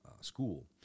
school